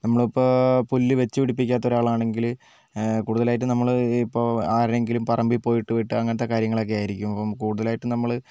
നമ്മളിപ്പോൾ പുല്ല് വെച്ചുപിടിപ്പിക്കാത്ത ഒരാളാണെങ്കിൽ കൂടുതലായിട്ടും നമ്മൾ ഇപ്പോൾ ആരെങ്കിലും പറമ്പിൽ പോയിട്ട് വെട്ടുക അങ്ങനത്തെ കാര്യങ്ങളൊക്കെ ആയിരിക്കും അപ്പം കൂടുതലായിട്ടും നമ്മൾ